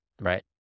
right